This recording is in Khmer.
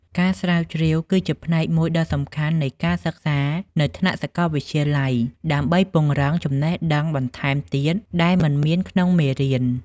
ការស្រាវជ្រាវគឺជាផ្នែកមួយដ៏សំខាន់នៃការសិក្សានៅថ្នាក់សាកលវិទ្យាល័យ ដើម្បីពង្រឹងចំណេះដឹងបន្ថែមទៀតដែលមិនមានក្នុងមេរៀន។